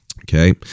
Okay